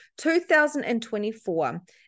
2024